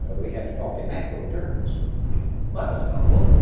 ah we have to talk in macro terms. well that was helpful.